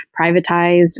privatized